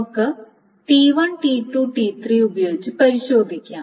നമുക്ക് T1T2 T3 ഉപയോഗിച്ച് പരിശോധിക്കാം